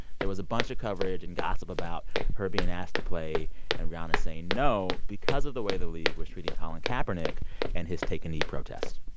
there was a bunch of coverage and gossip about her being asked to play and rihanna saying no because of the way the league was treating colin kaepernick and his take-a-knee protest.